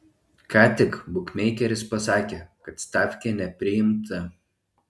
ką tik bukmeikeris pasakė kad stafkė nepriimta